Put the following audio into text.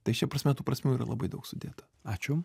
tai šia prasme tų prasmių yra labai daug sudėta ačiū